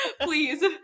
please